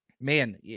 man